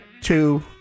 two